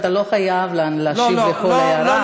אתה לא חייב להשיב על כל הערה.